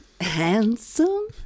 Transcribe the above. handsome